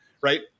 right